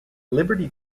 liberty